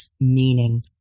meaning